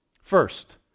First